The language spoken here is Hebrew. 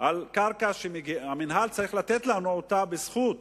על קרקע: המינהל צריך לתת לנו אותה בזכות,